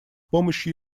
помощью